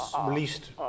released